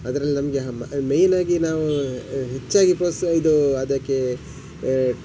ಅದ್ರಲ್ಲಿ ನಮಗೆ ಮ ಮೈನ್ ಆಗಿ ನಾವು ಹೆಚ್ಚಾಗಿ ಪ್ರೋಸ್ ಇದು ಅದಕ್ಕೆ